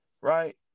right